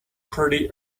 pretty